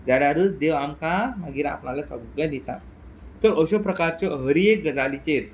जाल्यारूच देव आमकां मागीर आपणालें सगळें दिता तर अश्यो प्रकारच्यो हर एक गजालीचेर